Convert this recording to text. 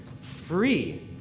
free